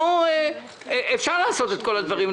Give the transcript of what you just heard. אפשר לעשות את הדברים,